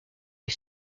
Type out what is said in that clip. les